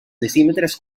decímetres